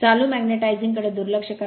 चालू मॅग्नेटिझिंग कडे दुर्लक्ष करा